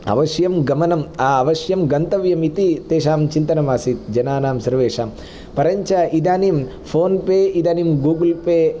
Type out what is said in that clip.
अवश्यं गमनम् अवश्यं गन्तव्यमिति तेषां चिन्तनमासीत् जनानां सर्वेषां परञ्च इदानीं फोन् पे इदानीं गूगल् पे